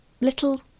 little